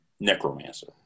necromancer